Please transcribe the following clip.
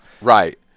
Right